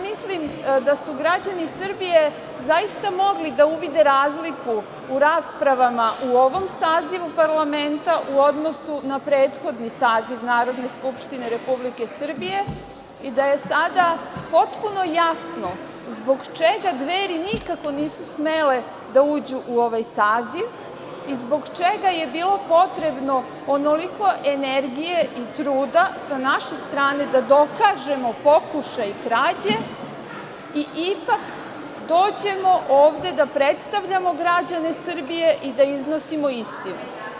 Mislim da su građani Srbije zaista mogli da uvide razliku u raspravama u ovom sazivu parlamenta u odnosu na prethodni saziv Narodne skupštine Republike Srbije i da je sada potpuno jasno zbog čega Dveri nikako nisu smele da uđu u ovaj saziv i zbog čega je bilo potrebno onoliko energije i truda sa naše strane da dokažemo pokušaj krađe i ipak dođemo ovde da predstavljamo građane Srbije i da iznosimo istinu.